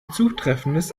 zutreffendes